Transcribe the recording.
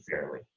fairly